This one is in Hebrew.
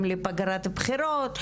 שאתם יכולים להגיד לי שיצאתם לפגרת בחירות,